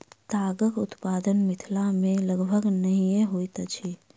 तागक उत्पादन मिथिला मे लगभग नहिये होइत अछि